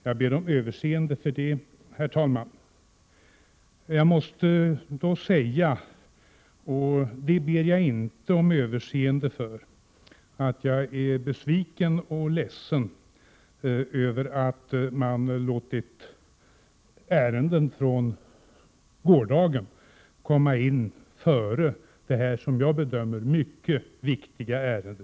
Jag ber om översende för det, herr talman. Jag måste också säga, vilket jag inte ber om överseende för, att jag är besviken och ledsen över att man låtit ärenden från gårdagen behandlas före detta, som jag bedömer det, mycket viktiga ärende.